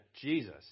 Jesus